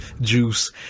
juice